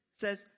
says